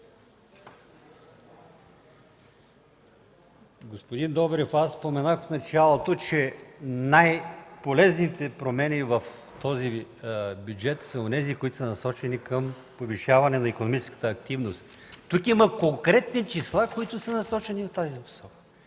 Господин Добрев, аз споменах в началото, че най-полезните промени в този бюджет са онези, които са насочени към повишаване на икономическата активност. Тук има конкретни числа, насочени в тази посока